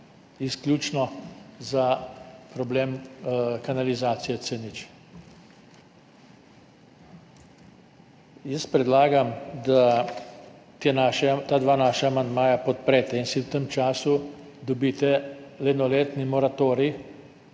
izključno za problem kanalizacije C0. Predlagam, da ta dva naša amandmaja podprete in si v tem času dobite enoletni moratorij